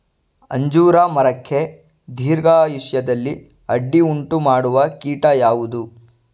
ಅಂಜೂರ ಮರಕ್ಕೆ ದೀರ್ಘಾಯುಷ್ಯದಲ್ಲಿ ಅಡ್ಡಿ ಉಂಟು ಮಾಡುವ ಕೀಟ ಯಾವುದು?